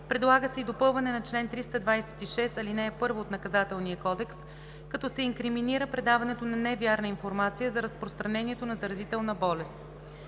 Предлага се и допълване на чл. 326, ал. 1 от Наказателния кодекс, като се инкриминира предаването на невярна информация за разпространението на заразителна болест.